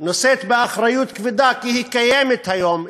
נושאת באחריות כבדה, כי היא קיימת היום.